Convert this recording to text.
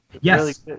Yes